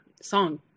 song